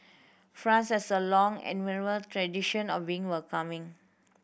France has a long and admirable tradition of being welcoming